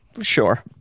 Sure